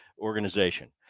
organization